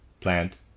plant